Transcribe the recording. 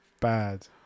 Bad